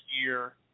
year